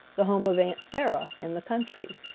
the home of aunt sarah in the country.